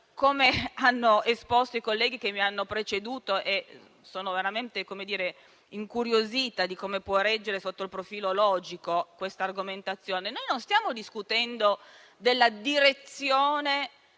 come hanno esposto i colleghi che mi hanno preceduto. E io sono veramente incuriosita di come possa reggere, sotto il profilo logico, questa argomentazione. Noi non stiamo discutendo dei rapporti